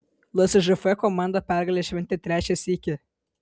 lsžf komanda pergalę šventė trečią sykį